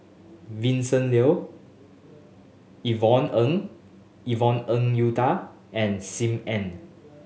Vincent Leow Yvonne Ng Yvonne Ng Uhde and Sim Ann